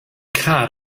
car